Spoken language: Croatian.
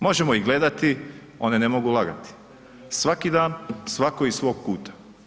Možemo ih gledati, one ne mogu lagati, svaki dan, svako iz svog kuta.